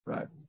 Right